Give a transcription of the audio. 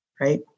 right